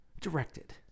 directed